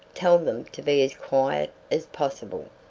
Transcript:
tell them to be as quiet as possible.